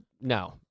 no